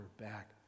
back